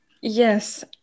Yes